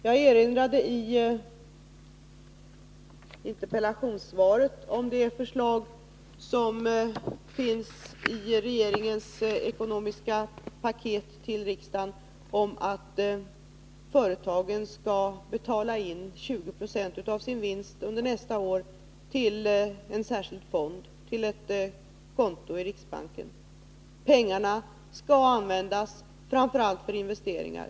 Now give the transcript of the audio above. Jag erinrade i mitt interpellationssvar om det förslag som finns i regeringens ekonomiska paket till riksdagen om att företagen skall betala in 20 96 av sin vinst under nästa år till en särskild fond, till ett konto i riksbanken. Pengarna skall användas framför allt för investeringar.